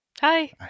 Hi